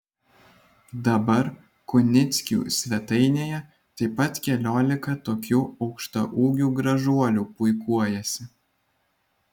dabar kunickių svetainėje taip pat keliolika tokių aukštaūgių gražuolių puikuojasi